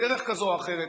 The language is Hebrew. בדרך כזו או אחרת,